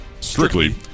strictly